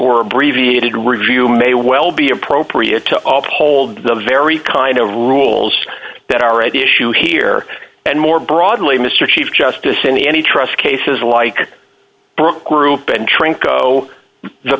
or abbreviated review may well be appropriate to uphold the very kind of rules that are at issue here and more broadly mr chief justice in any trust cases like brought up and t